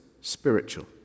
spiritual